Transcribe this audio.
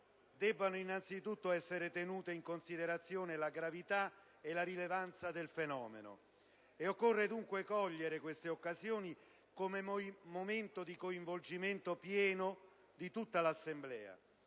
debbano innanzitutto essere tenute in considerazione la gravità e la rilevanza del fenomeno. Occorre dunque cogliere queste occasioni come momento di coinvolgimento pieno di tutta l'Assemblea.